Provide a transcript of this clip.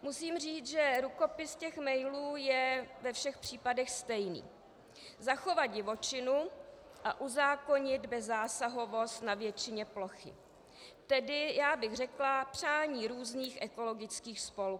Musím říct, že rukopis těch mailů je ve všech případech stejný zachovat divočinu a uzákonit bezzásahovost na většině plochy, tedy já bych řekla, přání různých ekologických spolků.